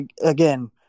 again